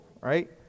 right